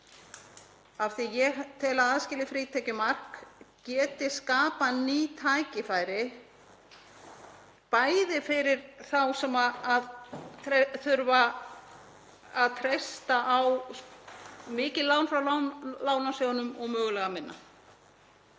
af því ég tel að það að aðskilja frítekjumark geti skapað ný tækifæri, bæði fyrir þá sem þurfa að treysta á mikið lán frá lánasjóðnum og mögulega minna,